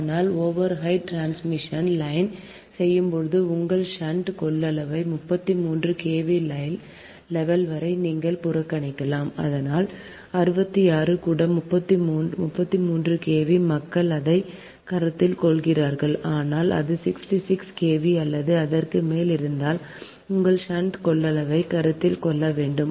ஆனால் overhead transmission line charge செய்யும்போது உங்கள் ஷன்ட் கொள்ளளவை 33 KV லெவல் வரை நீங்கள் புறக்கணிக்கலாம் ஆனால் 66 கூட 33 KV மக்கள் அதை கருத்தில் கொள்கிறார்கள் ஆனால் அது 66 KV அல்லது அதற்கு மேல் இருந்தால் உங்கள் ஷன்ட் கொள்ளளவை கருத்தில் கொள்ள வேண்டும்